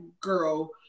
girl